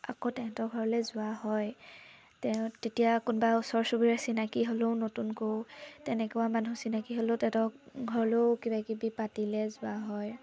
আকৌ তেহেঁতৰ ঘৰলৈ যোৱা হয় তেওঁ তেতিয়া কোনবা ওচৰ চুবুৰীয়া চিনাকি হ'লেও নতুনকৈয়ো তেনেকুৱা মানুহ চিনাকি হ'লেও তেহেঁতক ঘৰলৌ কিবাকিবি পাতিলে যোৱা হয়